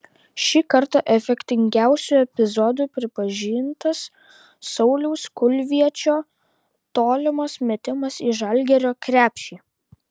šį kartą efektingiausiu epizodu pripažintas sauliaus kulviečio tolimas metimas į žalgirio krepšį